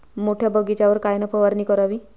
मोठ्या बगीचावर कायन फवारनी करावी?